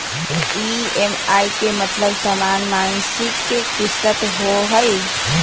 EMI के मतलब समान मासिक किस्त होहई?